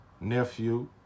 Nephew